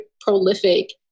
prolific